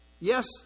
Yes